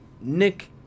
Nick